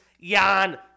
Jan